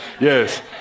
Yes